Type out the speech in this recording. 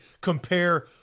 compare